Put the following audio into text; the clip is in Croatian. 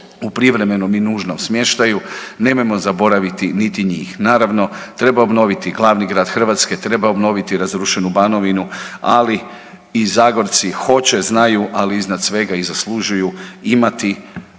u privremenom i nužnom smještaju, nemojmo zaboraviti niti njih. Naravno, treba obnoviti glavni grad Hrvatske, treba obnoviti razrušenu Banovinu, ali i Zagorci hoće, znaju, ali iznad svega, i zaslužuju imati